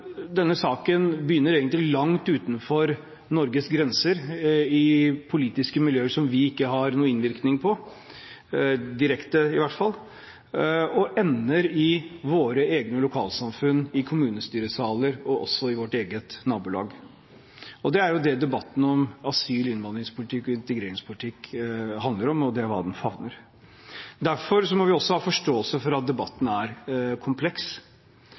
Denne saken begynner egentlig langt utenfor Norges grenser – i politiske miljøer som vi i hvert fall ikke har noen direkte innvirkning på – og ender i våre egne lokalsamfunn, i kommunestyresaler og også i vårt eget nabolag. Det er jo det debatten om asyl-, innvandrings- og integreringspolitikk handler om, og det er hva den favner. Derfor må vi også ha forståelse for at debatten er kompleks.